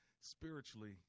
spiritually